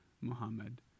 Muhammad